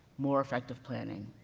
more effective planning,